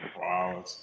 Wow